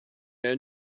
also